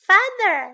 Father